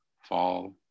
fall